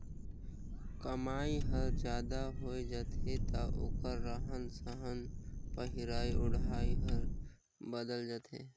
कमई हर जादा होय जाथे त ओखर रहन सहन पहिराई ओढ़ाई हर बदलत जाथे